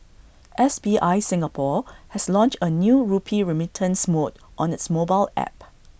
S B I Singapore has launched A new rupee remittance mode on its mobile app